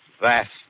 vast